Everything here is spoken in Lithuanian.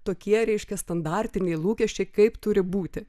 tokie reiškia standartiniai lūkesčiai kaip turi būti